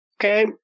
Okay